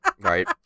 Right